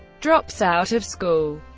drops out of school